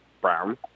Brown